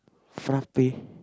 frappe